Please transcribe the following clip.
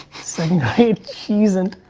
it's cheese and.